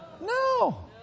No